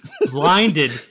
Blinded